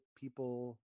people